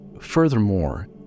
Furthermore